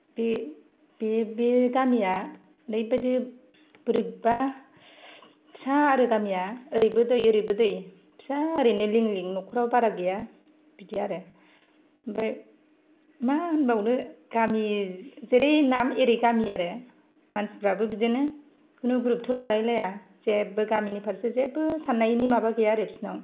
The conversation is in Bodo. बे बे बे गामिया ओरैबायदि बोरैबा फिसा आरो गामिया ओरैबो दै ओरैबो दै फिसा ओरैनो लिं लिं न'खराबो बारा गैया बिदि आरो ओमफाय मा होनबावनो गामि जेरै नाम एरै गामि आरो मानसिफोराबो बिदिनो खुनु गुरुथ' लालायलाया जेबो गामिनि फारसे जेबो साननायनि माबा गैया आरो बिसोरनाव